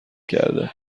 کرده